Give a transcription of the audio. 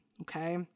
Okay